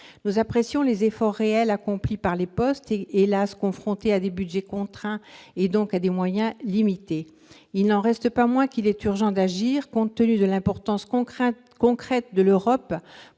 Nous apprécions les efforts réels accomplis par ces derniers, qui doivent, hélas ! composer avec des budgets contraints, et donc des moyens limités. Il n'en reste pas moins qu'il est urgent d'agir compte tenu de l'importance concrète de l'Europe